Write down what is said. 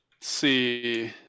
see